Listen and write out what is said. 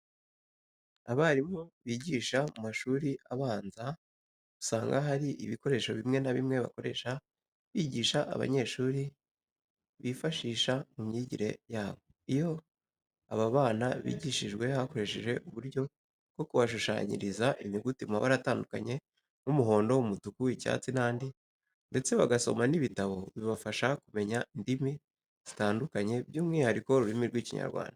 Abarimu bigisha mu mashuri abanza, usanga hari ibikoresho bimwe na bimwe bakoresha bigisha abanyeshuri bibafasha mu myigire yabo. Iyo aba bana bigishijwe hakoresheje uburyo bwo kubashushanyiriza inyuguti mu mabara atandukanye nk'umuhondo, umutuku, icyatsi n'andi ndetse bagasoma n'ibitabo, bibafasha kumenya indimi zitandukanye byumwihariko ururimi rw'Ikinyarwanda.